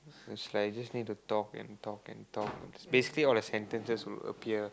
it was like just need to talk and talk and talk just basically all the sentences would appear